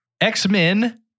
X-Men